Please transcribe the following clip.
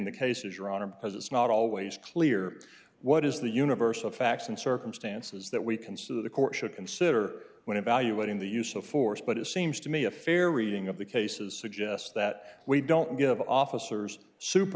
the cases your honor because it's not always clear what is the universe of facts and circumstances that we construe the court should consider when evaluating the use of force but it seems to me a fair reading of the cases suggests that we don't give officers super